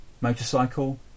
motorcycle